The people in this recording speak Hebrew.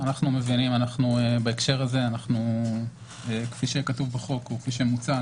כפי שמוצע,